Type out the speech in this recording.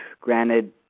Granted